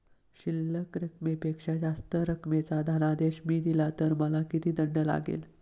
शिल्लक रकमेपेक्षा जास्त रकमेचा धनादेश मी दिला तर मला किती दंड लागेल?